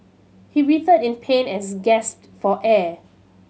he writhed in pain as gasped for air